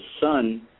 son